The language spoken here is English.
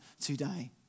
today